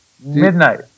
Midnight